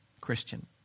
Christian